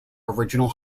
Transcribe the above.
original